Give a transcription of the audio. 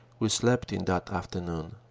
we slept in that afternoon.